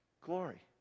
glory